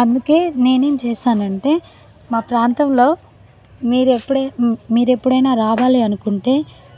అందుకే నేనేం చేసానంటే మా ప్రాంతంలో మీరు ఎప్పుడై మీరు ఎప్పుడైనా రావాలి అనుకుంటే